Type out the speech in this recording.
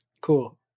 Cool